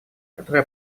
который